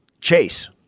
Chase